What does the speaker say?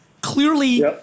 clearly